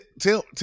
Tell